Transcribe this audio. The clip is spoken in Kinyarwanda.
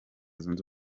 zunze